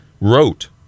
wrote